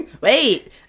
Wait